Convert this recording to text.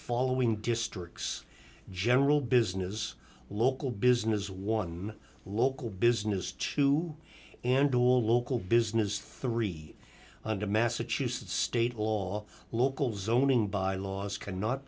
following districts general business local businesses one local business to endorse local business three under massachusetts state law local zoning bylaws cannot